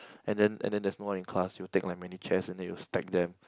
and then and then there's no one in class you'll take like many chair and then you'll stack them